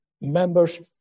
members